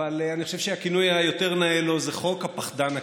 אבל אני חושב שהכינוי היותר-נאה לו זה "חוק הפחדן הקטן",